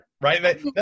right